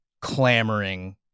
clamoring